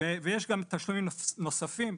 ויש גם תשלומים נוספים,